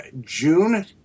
June